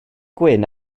gwyn